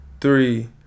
three